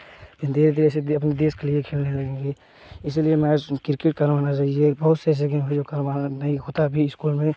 फिर धीरे धीरे ऐसे अपने देश के लिए खेलने लगेंगे इसीलिए मैच क्रिकेट करवाना चाहिए बहुत से ऐसे गेम हैं जो करवाना नहीं होता स्कूल में